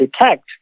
detect